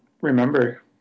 remember